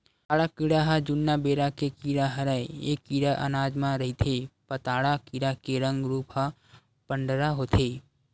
पताड़ा कीरा ह जुन्ना बेरा के कीरा हरय ऐ कीरा अनाज म रहिथे पताड़ा कीरा के रंग रूप ह पंडरा होथे